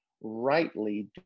rightly